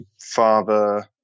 father